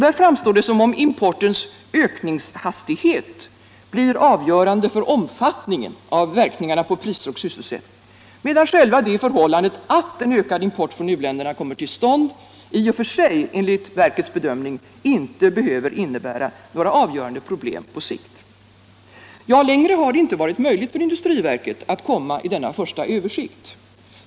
Det framstår som om importens ökningshastighet blir avgörande för omfattningen av verkningarna på priser och sysselsättning, medan själva det förhållandet art en ökad import från u-länderna kommer till stånd i och för sig, enligt verkets bedömning, inte behöver innebära några avgörande problem på sikt. Längre har det inte varit möjligt för industriverket att komma i denna första översikt.